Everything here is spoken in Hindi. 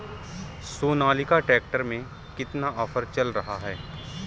सोनालिका ट्रैक्टर में कितना ऑफर चल रहा है?